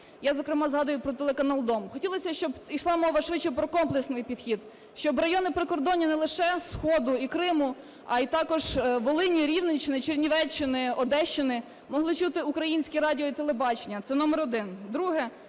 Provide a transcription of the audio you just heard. Я, зокрема, згадую про телеканал "Дом". Хотілося, щоб ішла мова швидше про комплексний підхід, щоб райони прикордонні не лише сходу і Криму, а й також Волині, Рівненщини, Чернівеччини, Одещини, могли чути українське радіо і телебачення. Це номер один.